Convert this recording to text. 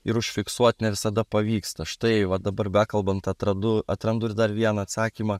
ir užfiksuot ne visada pavyksta štai va dabar bekalbant atrandu atrandu ir dar vieną atsakymą